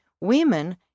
women